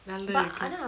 நல்லாருக்கு:nallaruku